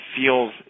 feels